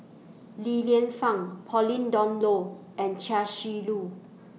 Li Lienfung Pauline Dawn Loh and Chia Shi Lu